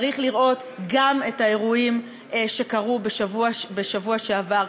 צריך לראות גם את האירועים שקרו בשבוע שעבר,